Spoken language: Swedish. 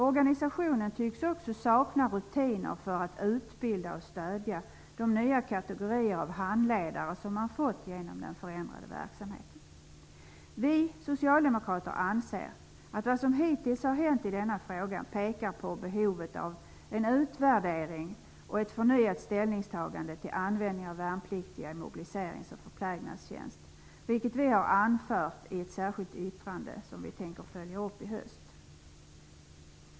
Organisationen tycks också sakna rutiner för att utbilda och stödja de nya kategorier av handledare som man fått genom den förändrade verksamheten. Vi socialdemokrater anser att det som hittills har hänt i denna fråga pekar på behovet av en utvärdering och ett förnyat ställningstagande till användning av värnpliktiga i mobiliserings och förplägnadstjänst. Detta har vi anfört i ett särskilt yttrande som vi avser att följa upp i höst.